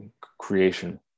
creation